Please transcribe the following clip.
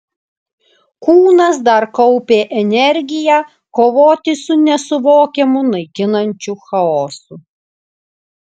kūnas dar kaupė energiją kovoti su nesuvokiamu naikinančiu chaosu